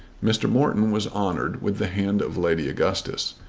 mr. morton was honoured with the hand of lady augustus.